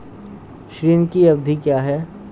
ऋण की अवधि क्या है?